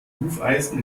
hufeisen